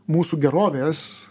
mūsų gerovės